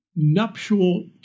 nuptial